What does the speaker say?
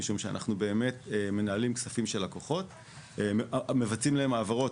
משום שאנחנו מנהלים כספים של לקוחות ומבצעים להם העברות,